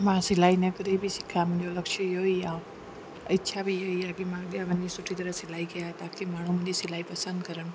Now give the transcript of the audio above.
मां सिलाई न करे बि सिखियो आहे मुंहिंजो लक्ष्य इहो ई आहे इच्छा बि इहा आहे की मां अॻियां वञी सुठी तरह सिलाई कया ताकी माण्हू मुंहिंजी सिलाई पसंदि करनि